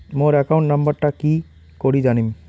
মোর account নাম্বারটা কি করি জানিম?